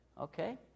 okay